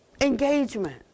engagement